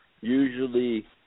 usually